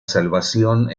salvación